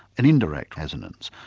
an indirect resonance.